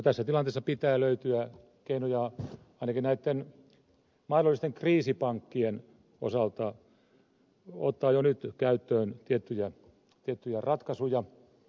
tässä tilanteessa pitää löytyä keinoja ainakin näitten mahdollisten kriisipankkien osalta ottaa jo nyt käyttöön tiettyjä ratkaisuja